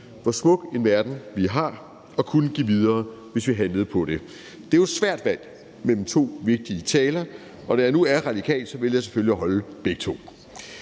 hvor smuk en verden vi har og kunne give videre, hvis vi handlede på det. Det er jo et svært valg mellem to vigtige taler, og da jeg nu er radikal, vælger jeg selvfølgelig at holde begge to.